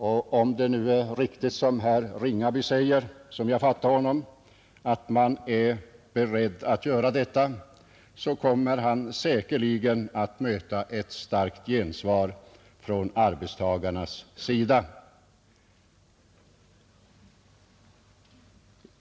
Om det nu är ring, m.m. riktigt som herr Ringaby säger — så som jag fattade honom — att man är beredd att göra detta, så kommer man säkerligen att möta starkt gensvar från arbetstagarnas sida.